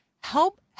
Help